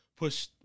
push